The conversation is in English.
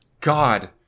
God